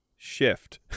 shift